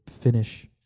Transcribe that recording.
finish